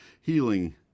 healing